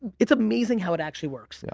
it's amazing how it actually works. yeah